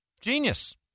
Genius